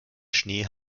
schnee